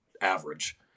average